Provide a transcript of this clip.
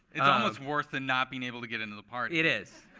it almost worse than not being able to get into the party. it is.